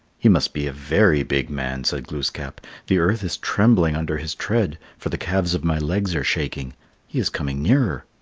he must be a very big man, said glooskap the earth is trembling under his tread, for the calves of my legs are shaking he is coming nearer.